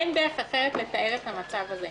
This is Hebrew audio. אין דרך אחרת לתאר את המצב הזה,